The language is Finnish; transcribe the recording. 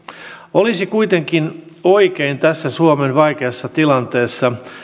olisi kuitenkin oikein tässä suomen vaikeassa tilanteessa